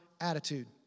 attitude